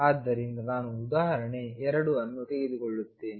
ಆದ್ದರಿಂದ ನಾನು ಉದಾಹರಣೆ 2 ಅನ್ನು ತೆಗೆದುಕೊಳ್ಳುತ್ತೇನೆ